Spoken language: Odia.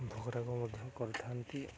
ଭୋଗରାଗ ମଧ୍ୟ କରିଥାନ୍ତି